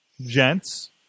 Gents